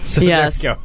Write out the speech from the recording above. Yes